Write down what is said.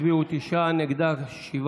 של חבר הכנסת אופיר כץ.